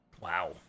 Wow